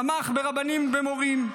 תמך ברבנים ובמורים.